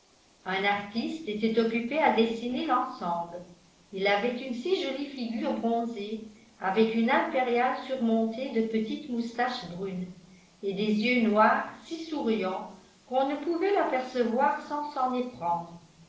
un artiste était occupé à dessiner l'ensemble il avait une si jolie figure bronzée avec une impériale surmontée de petites moustaches brunes et des yeux noirs si souriants qu'on ne pouvait l'apercevoir sans s'en éprendre